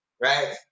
Right